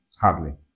Hardly